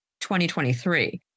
2023